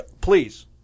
please